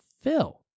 fill